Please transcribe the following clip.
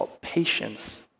patience